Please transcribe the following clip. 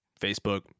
Facebook